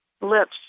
lips